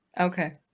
Okay